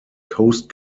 coast